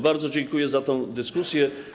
Bardzo dziękuję za tę dyskusję.